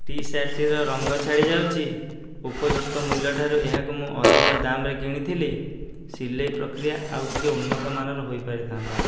ଟିସାର୍ଟ୍ଟିର ରଙ୍ଗ ଛାଡ଼ିଯାଉଛି ଉପଯୁକ୍ତ ମୂଲ୍ୟଠାରୁ ଏହାକୁ ମୁଁ ଅଧିକ ଦାମ୍ରେ କିଣିଥିଲି ସିଲେଇ ପ୍ରକ୍ରିୟା ଆଉ ଟିକିଏ ଉନ୍ନତମାନର ହୋଇପାରିଥାନ୍ତା